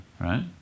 right